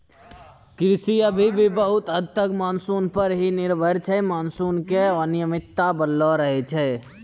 कृषि अभी भी बहुत हद तक मानसून पर हीं निर्भर छै मानसून के अनियमितता बनलो रहै छै